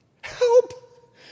Help